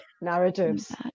narratives